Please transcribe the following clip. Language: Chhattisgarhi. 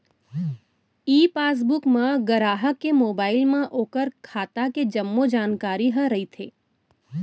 ई पासबुक म गराहक के मोबाइल म ओकर खाता के जम्मो जानकारी ह रइथे